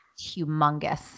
humongous